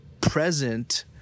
present